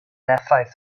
effaith